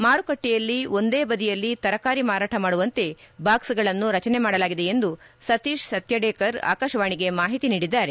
ಮಾರಕಟ್ಟೆಯಲ್ಲಿ ಒಂದೇ ಬದಿಯಲ್ಲಿ ತರಕಾರಿ ಮಾರಾಟ ಮಾಡುವಂತೆ ಬಾಕ್ಸ್ಗಳನ್ನು ರಚನೆ ಮಾಡಲಾಗಿದೆ ಎಂದು ಸತೀಶ್ ಸತ್ನೆಡಕರ್ ಆಕಾಶವಾಣಿಗೆ ಮಾಹಿತಿ ನೀಡಿದ್ದಾರೆ